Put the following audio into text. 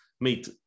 meet